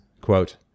quote